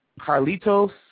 Carlitos